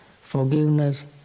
forgiveness